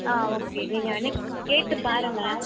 ஆ okay நீங்கள் வேணுனா கேட்டு பாருங்கள்